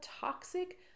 toxic